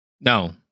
No